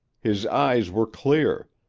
his eyes were clear,